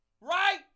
Right